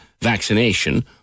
vaccination